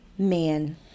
Man